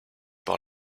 par